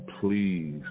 please